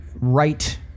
Right